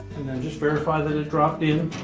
and then, just verify that it dropped in